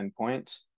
endpoint